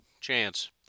chance